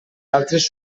altres